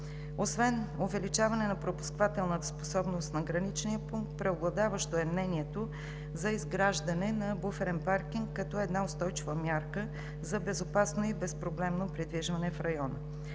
Освен увеличаване на пропускателната способност на граничния пункт преобладаващо е мнението за изграждане на буферен паркинг като една устойчива мярка за безопасно и безпроблемно придвижване в района.